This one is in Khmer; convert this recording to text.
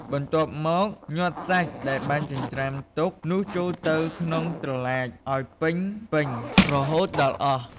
បន្ទាប់មកញាត់សាច់ដែលបានចិញ្រ្ចាំទុកនោះចូលទៅក្នុងត្រឡាចឱ្យពេញៗរហូតដល់អស់។